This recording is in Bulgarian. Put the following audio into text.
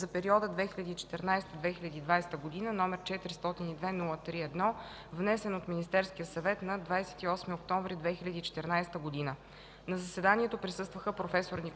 за периода 2014 – 2020 г., № 402-03-1, внесен от Министерския съвет на 28 октомври 2014 г. На заседанието присъстваха проф. Николай Денков,